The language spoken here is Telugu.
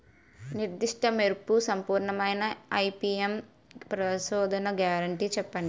నిర్దిష్ట మెరుపు సంపూర్ణమైన ఐ.పీ.ఎం పరిశోధన గ్యారంటీ చెప్పండి?